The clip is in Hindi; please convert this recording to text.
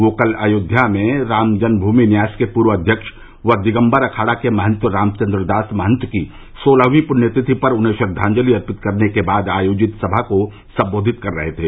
वह कल अयोध्या में रामजन्म भूमि न्यास के पूर्व अध्यक्ष व दिगम्बर आखाड़ा के महंत रामचन्द्र दास परमहंस की सोलहवीं पुण्य तिथि पर उन्हें श्रद्वाजंलि अर्पित करने के बाद आयोजित समा को संबोधित कर रहे थे